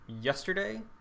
Yesterday